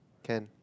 can